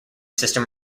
system